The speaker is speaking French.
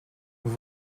vous